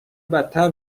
بدتر